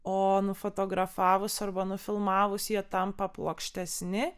o nufotografavus arba nufilmavus jie tampa plokštesni